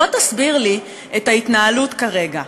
בוא תסביר לי את ההתנהלות כרגע.